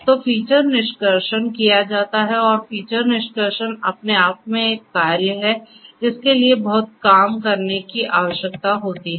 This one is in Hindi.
तो फीचर निष्कर्षण किया जाता है और फीचर निष्कर्षण अपने आप में एक कार्य है जिसके लिए बहुत काम करने की आवश्यकता होती है